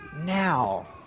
now